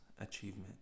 achievement